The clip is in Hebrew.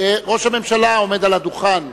ראש הממשלה עומד על הדוכן.